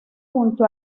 junto